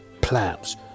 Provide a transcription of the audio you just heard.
plants